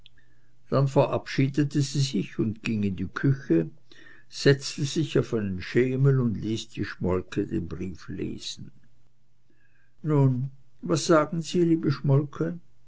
dann verabschiedete sie sich und ging in die küche setzte sich auf einen schemel und ließ die schmolke den brief lesen nun was sagen sie liebe schmolke